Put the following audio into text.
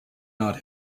not